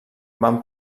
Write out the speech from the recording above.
van